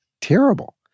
terrible